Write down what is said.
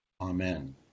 amen